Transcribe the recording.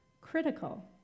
critical